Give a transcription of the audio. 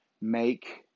make